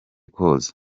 koza